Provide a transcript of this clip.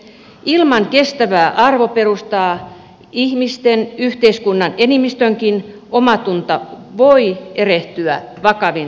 ilman kestävää arvoperustaa ihmisten yhteiskunnan enemmistönkin omatunto voi erehtyä vakavin seurauksin